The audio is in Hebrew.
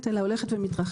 אלא הוא הולך ומתרחב.